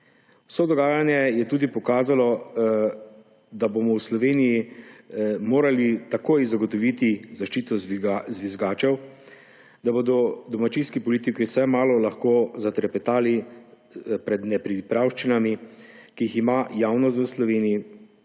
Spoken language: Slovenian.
Vse dogajanje je tudi pokazalo, da bomo v Sloveniji morali takoj zagotoviti zaščito žvižgačev, da bodo domačijski politiki vsaj malo lahko zatrepetali pred nepridipravščinami, ki jih ima javnost v Sloveniji